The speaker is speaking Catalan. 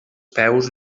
peus